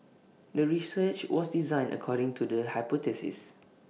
the research was designed according to the hypothesis